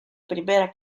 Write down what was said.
primera